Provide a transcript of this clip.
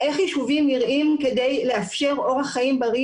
איך יישובים נראים כדי לאפשר אורח חיים בריא